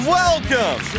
welcome